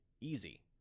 easy